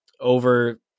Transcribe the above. over